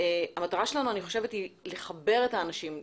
המטרה שלנו היא לחבר את האנשים,